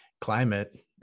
climate